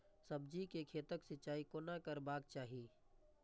सब्जी के खेतक सिंचाई कोना करबाक चाहि?